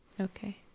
Okay